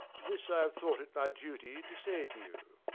this i have thought it my duty to say to you.